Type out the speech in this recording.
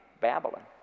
Babylon